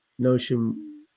Notion